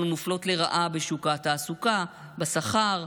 אנחנו מופלות לרעה בשוק התעסוקה, בשכר,